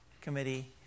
committee